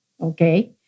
okay